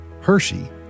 Hershey